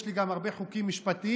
יש לי גם הרבה חוקים משפטיים,